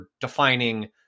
defining